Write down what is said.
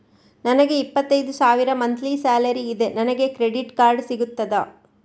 ನನಗೆ ಇಪ್ಪತ್ತೈದು ಸಾವಿರ ಮಂತ್ಲಿ ಸಾಲರಿ ಇದೆ, ನನಗೆ ಕ್ರೆಡಿಟ್ ಕಾರ್ಡ್ ಸಿಗುತ್ತದಾ?